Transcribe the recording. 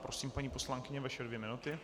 Prosím, paní poslankyně, vaše dvě minuty.